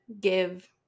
give